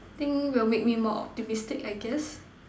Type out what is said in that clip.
think will make me more optimistic I guess